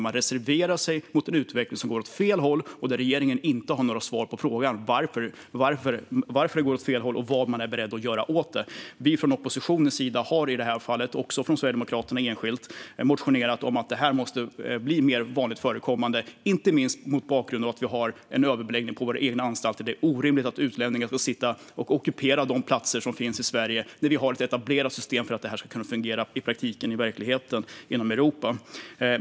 Man reserverar sig mot en utveckling som går åt fel håll, och regeringen har inga svar på varför det går åt fel håll eller vad den är beredd att göra åt det. Oppositionen och även Sverigedemokraterna enskilt har motionerat om att detta måste bli mer vanligt förekommande, inte minst mot bakgrund av att vi har en överbeläggning på våra egna anstalter. Det är orimligt att utlänningar ockuperar platser i Sverige när vi har ett etablerat system för att detta ska kunna fungera i praktiken inom Europa.